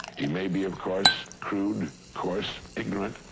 he may be, of course, crude, coarse, ignorant,